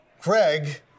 Craig